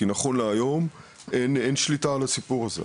כי נכון להיום אין שליטה על הסיפור הזה,